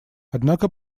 однако